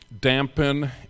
dampen